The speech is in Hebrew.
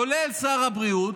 כולל שר הבריאות,